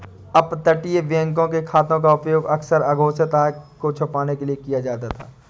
अपतटीय बैंकों के खातों का उपयोग अक्सर अघोषित आय को छिपाने के लिए किया जाता था